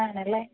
ആണല്ലേ